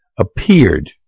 appeared